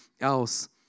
else